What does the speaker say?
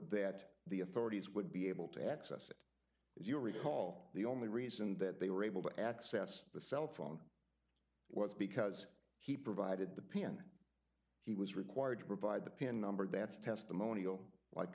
that the authorities would be able to access it as you recall the only reason that they were able to access the cell phone was because he provided the p n he was required to provide the pin number that's testimonial like